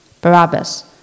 Barabbas